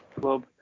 club